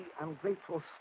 ungrateful